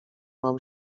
mam